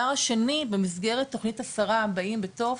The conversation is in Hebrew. השני במסגרת תוכנית השרה "באים בטוב",